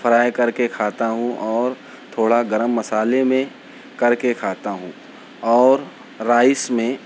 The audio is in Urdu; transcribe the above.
فرائی کر کے کھاتا ہوں اور تھوڑا گرم مسالے میں کر کے کھاتا ہوں اور رائس میں